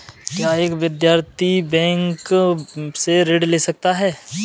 क्या एक विद्यार्थी बैंक से ऋण ले सकता है?